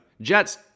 Jets